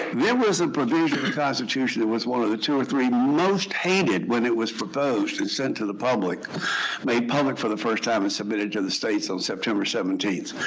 there was a provision in the constitution that was one of the two or three most hated when it was proposed and sent to the public made public for the first time and submitted to the states on september seventeen,